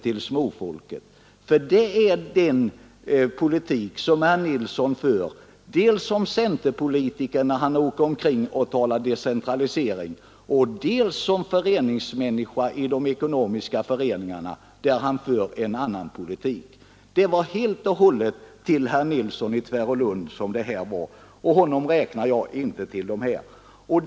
Det gällde den politik som herr Nilsson för, dels som centerpolitiker när han reser omkring och talar om decentralisering, dels som föreningsmänniska i de ekonomiska föreningarna där han handlar på ett helt annat sätt. Citatet var helt och hållet riktat till herr Nilsson i Tvärålund, och honom räknar jag inte till de små.